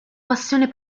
passione